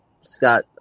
Scott